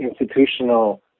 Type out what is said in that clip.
institutional